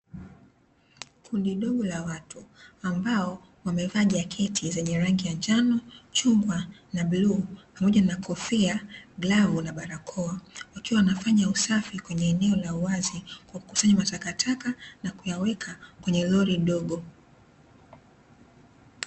Kundi dogo la watu ambao wamevaa jaketi zenye rangi ya njano, chungwa na bluu pamoja na kofia, glavu na barakoa wakiwa wanafanya usafi kwenye eneo la uwazi kwa kukusanya matakataka na kuyaweka kwenye roli dogo.